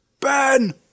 Ben